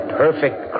perfect